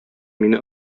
мине